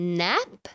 nap